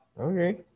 Okay